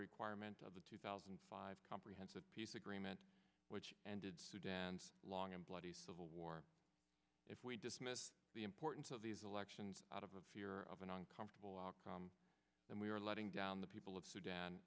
requirement of the two thousand and five comprehensive peace agreement which ended long and bloody civil war if we dismiss the importance of these elections out of a fear of an uncomfortable outcome and we are letting down the people of sudan